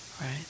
right